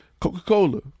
Coca-Cola